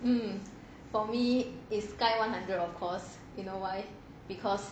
um for me is sky one hundred of course you know why because